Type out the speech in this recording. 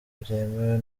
byemewe